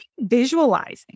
visualizing